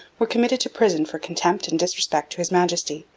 were committed to prison for contempt and disrespect to his majesty.